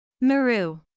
Maru